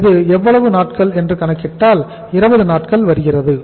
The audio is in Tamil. இது எவ்வளவு நாட்கள் என்று கணக்கிட்டால் 20 நாட்கள் வருகிறது